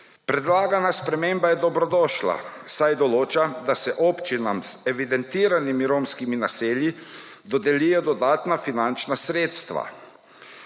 Predlagana sprememba je dobrodošla, saj določa, da se občina z evidentiranimi romskimi naselji dodelijo dodatna finančna sredstva.